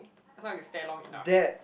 now you stare long enough